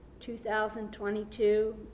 2022